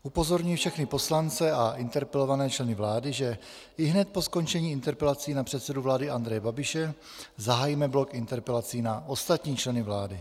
Upozorňuji všechny poslance a interpelované členy vlády, že ihned po skončení interpelací na předsedu vlády Andreje Babiše zahájíme blok interpelací na ostatní členy vlády.